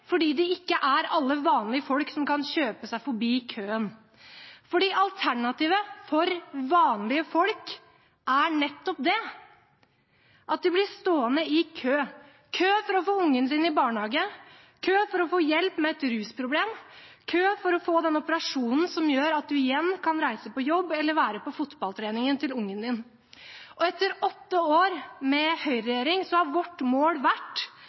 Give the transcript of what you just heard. fordi det ikke er alle vanlige folk som kan kjøpe seg forbi køen. For alternativet for vanlige folk er nettopp det: at de blir stående i kø – kø for få ungen sin i barnehage, kø for å få hjelp med et rusproblem, kø for å få den operasjonen som gjør at man igjen kan reise på jobb eller være med på fotballtreningen til barnet ditt. I åtte år med høyreregjering har vårt mål vært